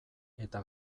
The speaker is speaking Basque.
eta